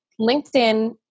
LinkedIn